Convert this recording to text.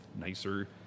nicer